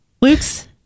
Luke's